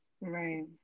Right